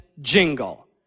jingle